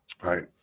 right